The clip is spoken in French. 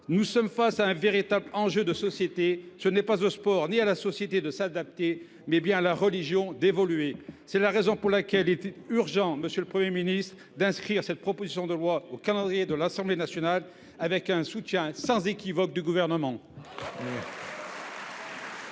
Nous sommes face à un véritable enjeu de société. Ce n’est pas au sport ni à la société de s’adapter, mais bien à la religion d’évoluer. C’est la raison pour laquelle, monsieur le Premier ministre, il est urgent d’inscrire cette proposition de loi à l’ordre du jour de l’Assemblée nationale avec l’appui sans équivoque du Gouvernement.